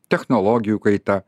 technologijų kaita